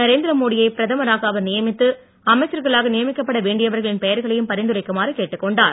நரேந்திரமோடியை பிரதமராக அவர் நியமித்து அமைச்சர்களாக நியமிக்கப்பட வேண்டியவர்களின் பெயர்களையும் பரிந்துரைக்குமாறு கேட்டுக் கொண்டார்